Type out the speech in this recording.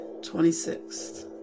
26th